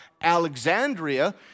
Alexandria